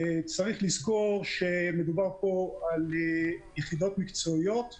צריך לזכור שמדובר פה על יחידות מקצועיות וחשבות,